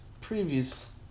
previous